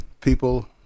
people